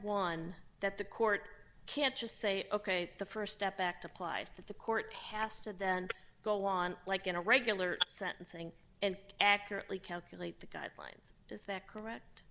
one that the court can't just say ok the st step back to applies to the court passed and then go on like in a regular sentencing and accurately calculate the guidelines is that correct